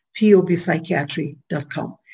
POBpsychiatry.com